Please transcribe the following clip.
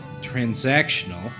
transactional